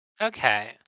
Okay